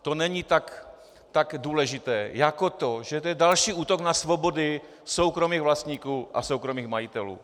To není tak důležité jako to, že to je další útok na svobody soukromých vlastníků a soukromých majitelů.